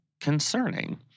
concerning